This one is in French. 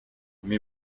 mais